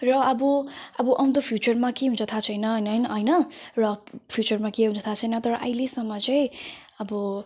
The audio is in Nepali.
र अब अब आउँदो फ्युचरमा के हुन्छ थाहा छैन होइन होइन र फ्युचरमा के हुन्छ थाहा छैन तर अहिलेसम्म चाहिँ अब